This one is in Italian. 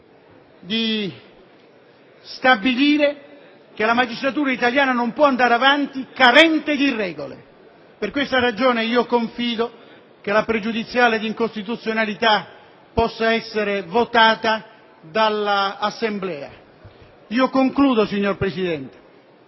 di stabilire che la magistratura italiana non può andare avanti carente di regole. Per questa ragione confido che la pregiudiziale di incostituzionalità possa essere approvata dall'Assemblea. In conclusione, signor Presidente,